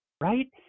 right